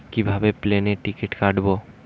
কিভাবে প্লেনের টিকিট কাটব?